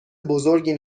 بزرگی